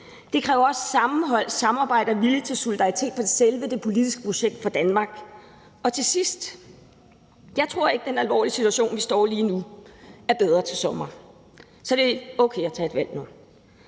det kræver også sammenhold, samarbejde og vilje til solidaritet om selve det politiske projekt for Danmark. Til sidst vil jeg sige, at jeg ikke tror, at den alvorlige situation, vi står i lige nu, er bedre til sommer. Så det er okay at tage et valg nu.